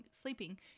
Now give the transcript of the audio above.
sleeping